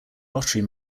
lottery